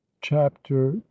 chapter